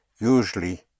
Usually